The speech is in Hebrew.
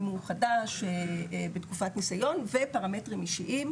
אם הוא חדש בתקופת ניסיון ופרמטרים אישיים.